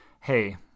Hey